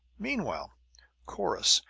meanwhile corrus,